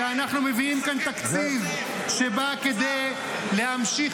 כשאנחנו מביאים כאן תקציב שבא כדי להמשיך